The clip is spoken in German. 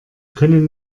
können